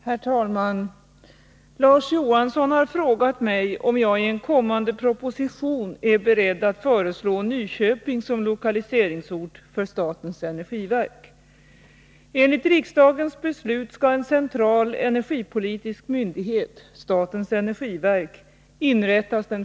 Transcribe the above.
Herr talman! Larz Johansson har frågat mig om jag i en kommande proposition är beredd att föreslå Nyköping som lokaliseringsort för statens energiverk.